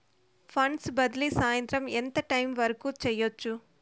funds బదిలీ సాయంత్రం ఎంత టైము వరకు చేయొచ్చు